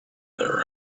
their